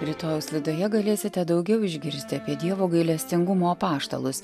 rytojaus liduje galėsite daugiau išgirsti apie dievo gailestingumo apaštalus